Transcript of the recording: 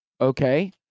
okay